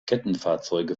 kettenfahrzeuge